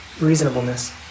reasonableness